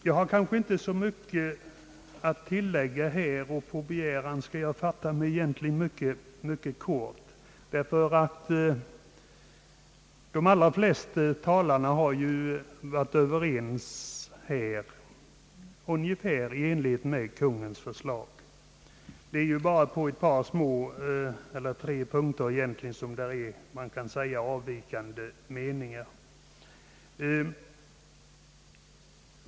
Jag har inte så mycket att tillägga, och skall på begäran fatta mig mycket kort. De allra flesta talarna har i stort sett varit överens om att tillstyrka Kungl. Maj:ts förslag. Det är bara på tre små punkter som det finns avvikande meningar.